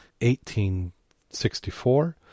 1864